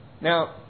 Now